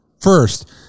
first